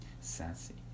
sassy